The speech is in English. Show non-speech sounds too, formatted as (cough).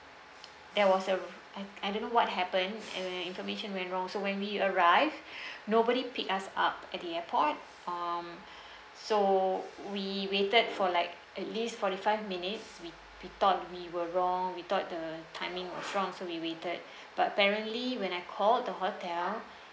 there was a I I don't know what happen and information went wrong so when we arrive (breath) nobody pick us up at the airport um (breath) so we waited for like at least forty five minutes we we thought we were wrong we thought the timing was wrong so we waited (breath) but apparently when I called the hotel